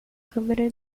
câmara